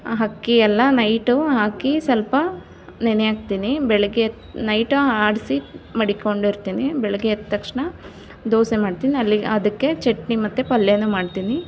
ಹಕ್ಕಿ ಎಲ್ಲ ನೈಟು ಹಾಕಿ ಸ್ವಲ್ಪ ನೆನೆ ಹಾಕ್ತೀನಿ ಬೆಳಗ್ಗೆ ನೈಟ್ ಆಡಿಸಿ ಮಡ್ಕೊಂಡು ಇರ್ತೀನಿ ಬೆಳಗ್ಗೆ ಎದ್ದ ತಕ್ಷಣ ದೋಸೆ ಮಾಡ್ತೀನಿ ಅಲ್ಲಿಗೆ ಅದಕ್ಕೆ ಚಟ್ನಿ ಮತ್ತೆ ಪಲ್ಯನೂ ಮಾಡ್ತೀನಿ